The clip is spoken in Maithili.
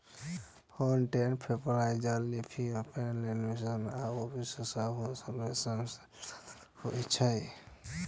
हौर्नेट्स, मेफ्लाइज, लीफहॉपर, लेसविंग्स आ पिस्सू सं सेहो रेशमक उत्पादन होइ छै